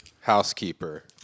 housekeeper